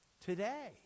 today